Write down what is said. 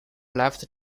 left